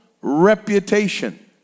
reputation